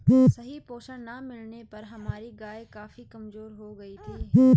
सही पोषण ना मिलने पर हमारी गाय काफी कमजोर हो गयी थी